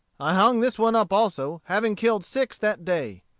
i hung this one up also, having killed six that day.